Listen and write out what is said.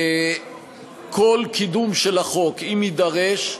כל קידום של החוק, אם יידרש,